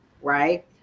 right